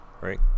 right